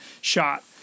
shot